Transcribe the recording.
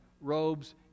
robes